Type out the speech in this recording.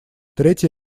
третья